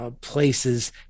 places